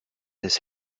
his